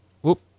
whoop